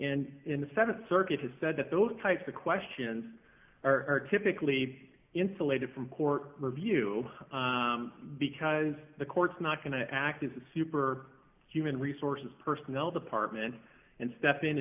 and in the th circuit has said that those types of questions are typically insulated from court review because the court's not going to act as a super human resources personnel department and step